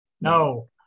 No